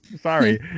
Sorry